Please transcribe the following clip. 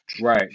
Right